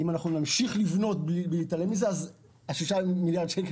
אם נמשיך לבנות ולהתעלם מזה אז 6 מיליארדי השקלים